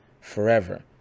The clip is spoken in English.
Forever